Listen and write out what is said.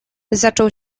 zaczął